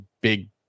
big